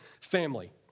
family